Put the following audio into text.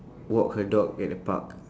walk her dog at the park